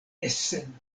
essen